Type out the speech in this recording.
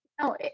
No